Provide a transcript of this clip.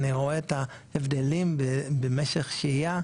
אני רואה את ההבדלים במשך השהייה,